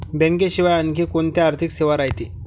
बँकेशिवाय आनखी कोंत्या आर्थिक सेवा रायते?